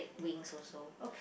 wings also